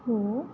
हो